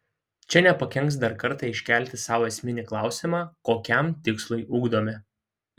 čia nepakenks dar kartą iškelti sau esminį klausimą kokiam tikslui ugdome